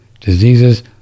diseases